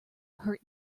hurt